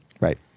Right